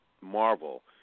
Marvel